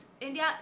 India